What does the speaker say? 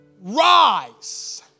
Rise